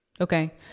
Okay